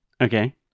Okay